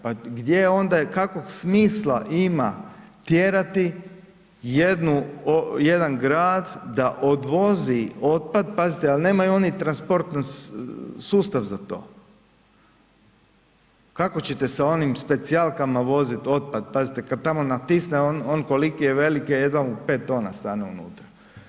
Pa gdje je onda, kakvog smisla ima tjerati jedan grad da odvozi otpad, pazite ali nemaju oni transportni sustav za to, kako ćete sa onim specijalkama voziti otpad, kad tamo natisne on koli je velik jedan u 5 tona stane unutra.